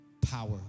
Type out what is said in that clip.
power